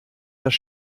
das